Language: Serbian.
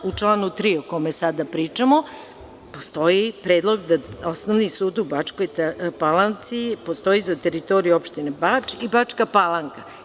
U članu 3. o kome sada pričamo, postoji predlog da osnovni sud u Bačkoj Palanci postoji za teritoriju opštine Bač i Bačka Palanka.